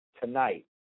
tonight